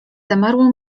zamarło